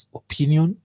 opinion